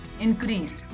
increased